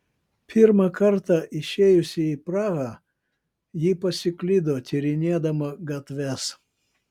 pirmą kartą išėjusi į prahą ji pasiklydo tyrinėdama gatves